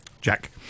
Jack